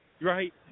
Right